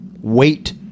wait